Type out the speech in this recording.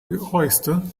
oyster